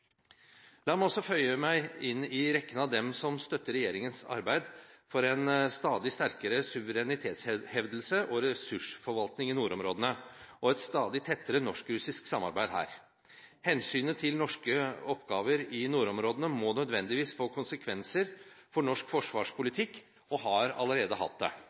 La meg også føye meg inn i rekken av dem som støtter regjeringens arbeid for en stadig sterkere vektlegging av suverenitetshevdelse og ressursforvaltning i nordområdene, og et stadig tettere norsk-russisk samarbeid her. Hensynet til norske oppgaver i nordområdene må nødvendigvis få konsekvenser for norsk forsvarspolitikk – og har allerede hatt det.